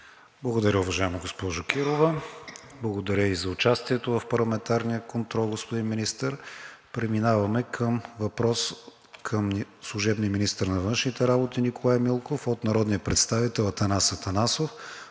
Благодаря уважаема, госпожо Кирова. Благодаря и за участието в парламентарния контрол, господин Министър. Преминаваме към въпрос към служебния министър на външните работи Николай Милков от народния представител Атанас Атанасов